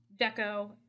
Deco